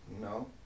No